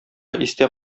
истә